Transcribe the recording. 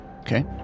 Okay